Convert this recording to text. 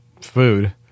food